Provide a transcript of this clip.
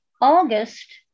August